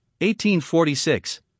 1846